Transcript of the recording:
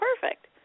Perfect